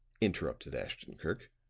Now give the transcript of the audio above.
interrupted ashton-kirk.